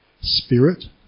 Spirit